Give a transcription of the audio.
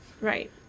Right